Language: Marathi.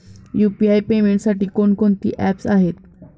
यु.पी.आय पेमेंटसाठी कोणकोणती ऍप्स आहेत?